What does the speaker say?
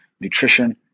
nutrition